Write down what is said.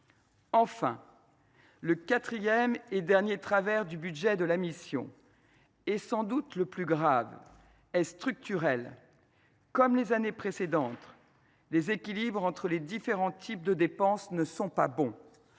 Enfin, le quatrième et dernier écueil – et sans doute le plus grave – est structurel. Comme les années précédentes, les équilibres entre les différents types de dépenses ne sont pas bons.